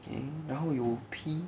然后有 P